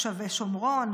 שבי שומרון,